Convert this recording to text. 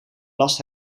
last